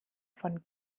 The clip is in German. von